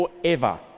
forever